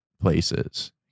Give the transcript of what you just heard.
places